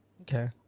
Okay